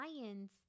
lions